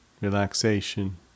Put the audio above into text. relaxation